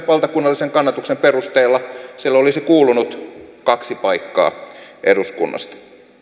valtakunnallisen kannatuksen perusteella sille olisi kuulunut kaksi paikkaa eduskunnassa